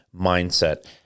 mindset